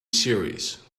series